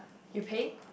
you pay